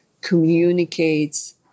communicates